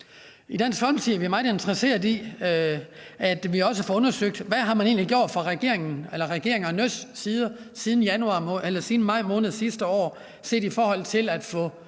I Dansk Folkeparti er vi meget interesseret i at få undersøgt, hvad man egentlig har gjort fra regeringens eller regeringernes side siden maj måned sidste år, så vi får den del af det